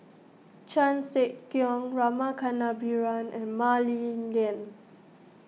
Chan Sek Keong Rama Kannabiran and Mah Li Lian